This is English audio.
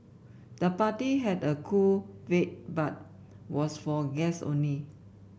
the party had a cool vibe but was for guests only